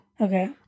Okay